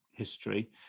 History